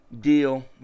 deal